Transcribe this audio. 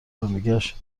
زندگیاش